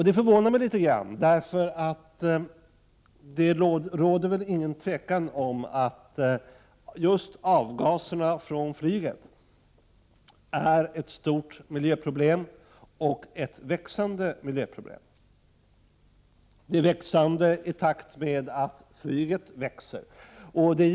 Det förvånar mig litet grand, för det råder inget tvivel om att just avgaserna från flyget är ett stort miljöproblem och ett växande miljöproblem. Det är växande i takt med att flyget växer.